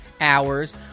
hours